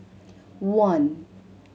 one